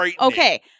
Okay